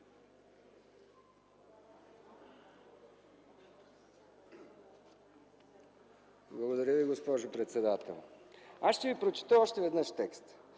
Благодаря Ви, госпожо председател. Аз ще ви прочета още веднъж текста: